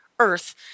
Earth